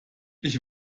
ich